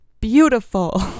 beautiful